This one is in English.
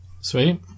sweet